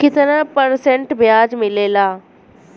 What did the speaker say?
कितना परसेंट ब्याज मिलेला?